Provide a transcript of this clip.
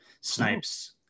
Snipes